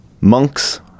monks